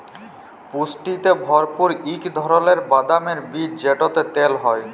পুষ্টিতে ভরপুর ইক ধারালের বাদামের বীজ যেটতে তেল হ্যয়